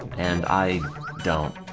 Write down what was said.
and i dont